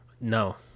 No